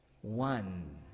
one